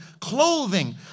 clothing